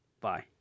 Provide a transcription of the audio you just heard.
Bye